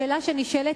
השאלה שנשאלת,